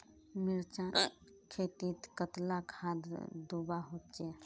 मिर्चान खेतीत कतला खाद दूबा होचे?